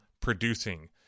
producing